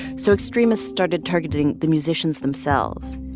so extremists started targeting the musicians themselves.